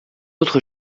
autre